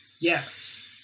Yes